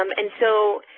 um and so